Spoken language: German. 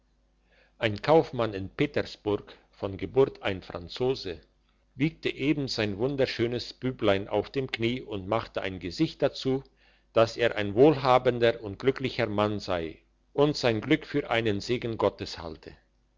ein kaufmann in petersburg von geburt ein franzose wiegte eben sein wunderschönes büblein auf dem knie und machte ein gesicht dazu dass er ein wohlhabender und glücklicher mann sei und sein glück für einen segen gottes halte